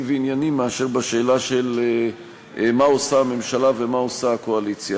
וענייני מאשר בשאלה של מה עושה הממשלה ומה עושה הקואליציה.